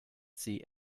sie